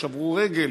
שברו רגל,